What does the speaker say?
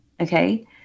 okay